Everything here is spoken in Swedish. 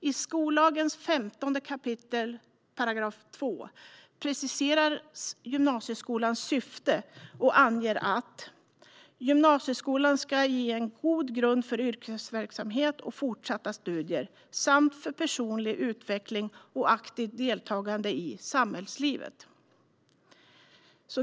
I skollagens 15 kap. 2 § preciseras gymnasieskolans syfte och anges att "gymnasieskolan ska ge en god grund för yrkesverksamhet och fortsatta studier samt för personlig utveckling och ett aktivt deltagande i samhällslivet".